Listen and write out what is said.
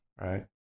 right